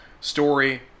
Story